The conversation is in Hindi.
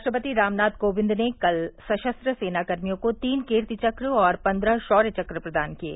राष्ट्रपति रामनाथ कोविंद ने कल सशस्त्र सेना कर्मियों को तीन कीर्ति चक्र और पन्द्रह शौर्य चक्र प्रदान किये